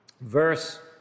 Verse